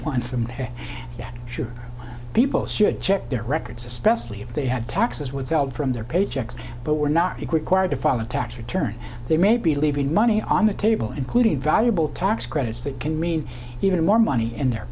some sure people should check their records especially if they had taxes withheld from their paychecks but were not required to follow a tax return they may be leaving money on the table including valuable tax credits that can mean even more money in their